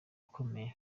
ukomeye